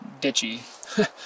ditchy